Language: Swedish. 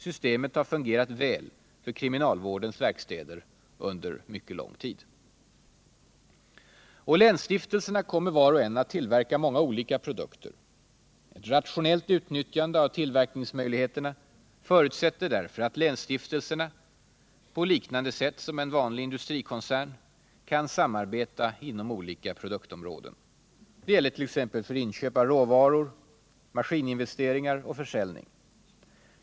Systemet har fungerat väl för kriminalvårdens verkstäder under mycket lång tid. Länsstiftelserna kommer var och en att tillverka många olika produkter. Ett rationellt utnyttjande av tillverkningsmöjligheterna förutsätter därför att länsstiftelserna, på liknande sätt som en vanlig industrikoncern, kan samarbeta inom olika produktområden. Det gäller t.ex. för inköp av råvaror, maskininvesteringar och försäljning.